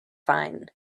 fine